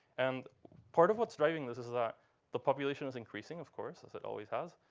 and part of what's driving this is that the population is increasing, of course, as it always has.